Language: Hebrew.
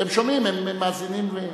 הם שומעים, הם מאזינים.